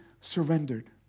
surrendered